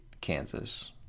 Kansas